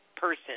person